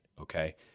okay